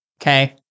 Okay